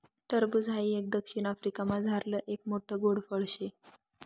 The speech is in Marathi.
टरबूज हाई एक दक्षिण आफ्रिकामझारलं एक मोठ्ठ गोड फळ शे